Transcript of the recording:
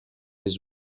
his